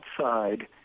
outside